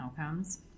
outcomes